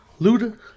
Luda